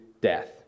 death